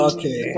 Okay